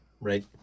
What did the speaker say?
Right